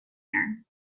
here